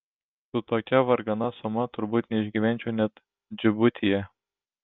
su tokia vargana suma turbūt neišgyvenčiau net džibutyje